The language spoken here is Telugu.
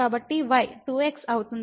కాబట్టి y 2x అవుతుంది